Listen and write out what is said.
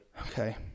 Okay